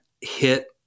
hit